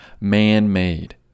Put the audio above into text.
man-made